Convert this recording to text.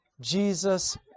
Jesus